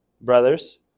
Brothers